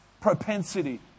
propensity